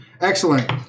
Excellent